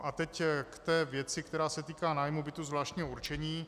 A teď k té věci, která se týká nájmu bytu zvláštního určení.